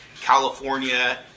California